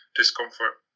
discomfort